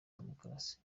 demukarasi